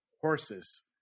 horses